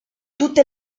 tutte